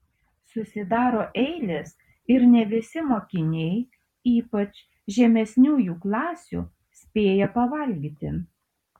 susidaro eilės ir ne visi mokiniai ypač žemesniųjų klasių spėja pavalgyti